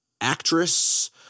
actress